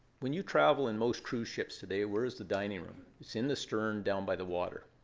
when you travel in most cruise ships today, where is the dining room? it's in the stern down by the water.